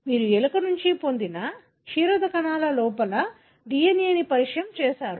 మీరు ఎలుక నుండి పొందిన క్షీరద కణాల లోపల DNA ని పరిచయం చేసారు